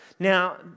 Now